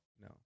No